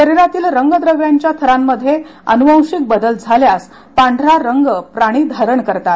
शरीरातील रंग द्रव्यांच्या थरांमध्ये अनुवंशिक बदल झाल्यास पांढरा रंग प्राणी धारण करतात